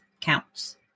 counts